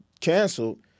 canceled